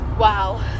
Wow